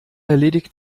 erledigt